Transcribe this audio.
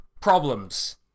problems